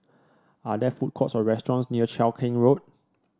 are there food courts or restaurants near Cheow Keng Road